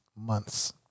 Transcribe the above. months